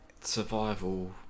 survival